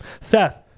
Seth